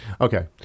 Okay